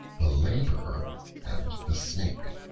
the laborer and the snake